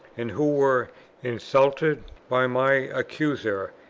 and who were insulted by my accuser,